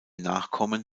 nachkommen